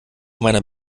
meiner